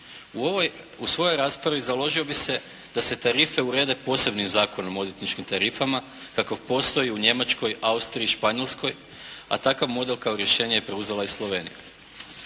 U svojoj raspravi založio bih se da se tarife urede posebnim Zakonom o odvjetničkim tarifama kako postoji u Njemačkoj, Austriji, Španjolskoj a takav model kao rješenje je preuzela i Slovenija.